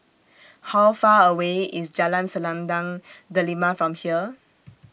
How Far away IS Jalan Selendang Delima from here